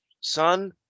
son